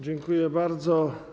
Dziękuję bardzo.